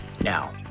Now